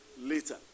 later